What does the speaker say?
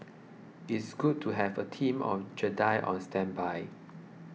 it's good to have a team of Jedi on standby